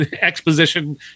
exposition